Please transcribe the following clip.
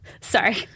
sorry